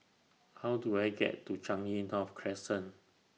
How Do I get to Changi North Crescent